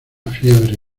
fiebre